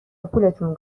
پولتون